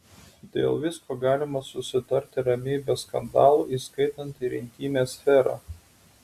dėl visko galima susitarti ramiai be skandalų įskaitant ir intymią sferą